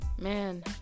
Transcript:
Man